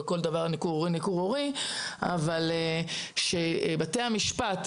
אבל בתי המשפט,